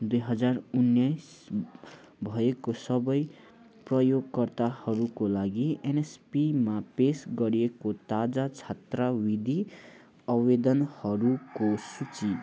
दुई हजार उन्नाइस भएको सबै प्रयोगकर्ताहरूको लागि एनएसपिमा पेस गरिएका ताजा छात्रवृत्ति आवेदनहरूको सूची